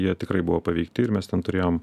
jie tikrai buvo paveikti ir mes ten turėjom